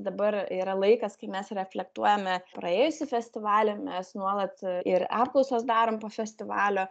dabar yra laikas kai mes reflektuojame praėjusį festivalį mes nuolat ir apklausas darom po festivalio